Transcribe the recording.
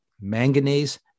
manganese